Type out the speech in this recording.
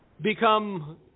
become